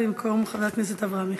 במקום חבר הכנסת אברהם מיכאלי.